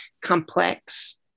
complex